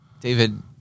David